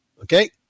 okay